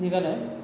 निघाला आहे